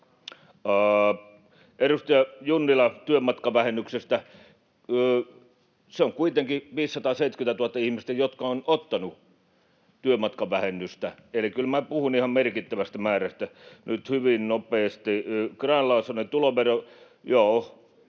Edustaja Junnilalle työmatkavähennyksestä: Niitä on kuitenkin 570 000 ihmistä, jotka ovat ottaneet työmatkavähennystä. Eli kyllä minä puhuisin ihan merkittävästä määrästä. Nyt hyvin nopeasti: Grahn-Laasonen ja tulovero: joo-o,